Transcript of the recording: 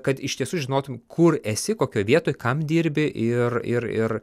kad iš tiesų žinotum kur esi kokioj vietoj kam dirbi ir ir ir